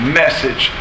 message